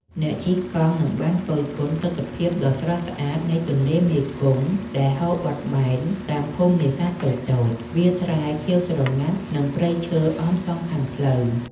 អ្នកជិះកង់នឹងបានគយគន់ទិដ្ឋភាពដ៏ស្រស់ស្អាតនៃទន្លេមេគង្គដែលហូរបត់បែនតាមភូមិនេសាទតូចៗ វាលស្រែខៀវស្រងាត់ និងព្រៃឈើអមសងខាងផ្លូវ។